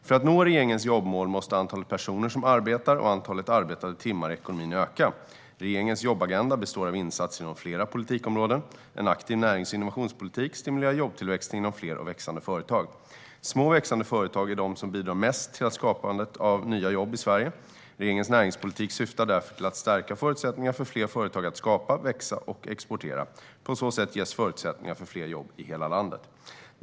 För att nå regeringens jobbmål måste antalet personer som arbetar och antalet arbetade timmar i ekonomin öka. Regeringens jobbagenda består av insatser inom fler politikområden. En aktiv närings och innovationspolitik stimulerar jobbtillväxten genom fler och växande företag. Små och växande företag är de som bidrar mest till skapandet av nya jobb i Sverige. Regeringens näringspolitik syftar därför till att stärka förutsättningar för fler företag att skapas, växa och exportera. På så sätt ges förutsättningar för fler jobb i hela landet.